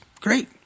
Great